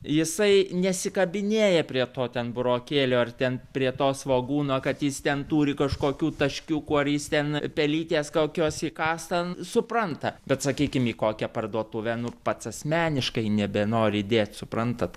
jisai nesikabinėja prie to ten burokėlio ar ten prie to svogūno kad jis ten turi kažkokių taškiukų ar jis ten pelytės kokios įkąs ten supranta bet sakykim į kokią parduotuvę nu pats asmeniškai nebenori dėt suprantat